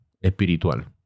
espiritual